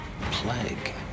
plague